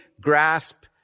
grasp